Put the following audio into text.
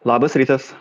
labas rytas